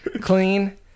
clean